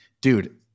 dude